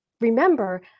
remember